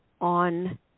on